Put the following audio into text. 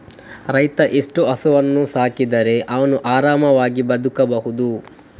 ರೈತ ಎಷ್ಟು ಹಸುವನ್ನು ಸಾಕಿದರೆ ಅವನು ಆರಾಮವಾಗಿ ಬದುಕಬಹುದು?